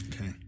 Okay